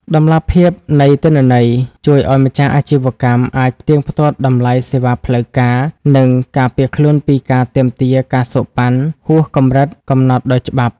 តម្លាភាពនៃទិន្នន័យ ជួយឱ្យម្ចាស់អាជីវកម្មអាចផ្ទៀងផ្ទាត់តម្លៃសេវាផ្លូវការ និងការពារខ្លួនពីការទាមទារ ការសូកប៉ាន់ ហួសកម្រិតកំណត់ដោយច្បាប់។